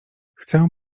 chcę